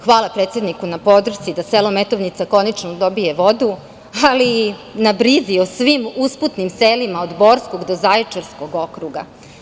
Hvala predsedniku na podršci da selo Metovnica konačno dobije vodu, ali i na brizi o svim usputnim selima od Borskog do Zaječarskog okruga.